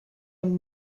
een